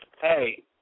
Hey